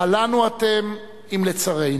הלנו אתם אם לצרינו?